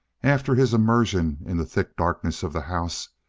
after his immersion in the thick darkness of the house,